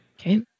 Okay